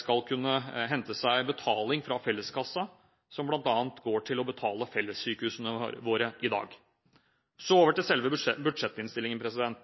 skal kunne hente seg betaling fra felleskassen, som bl.a. går til å betale for fellessykehusene våre i dag. Så over til selve budsjettinnstillingen.